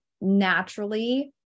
naturally